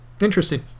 Interesting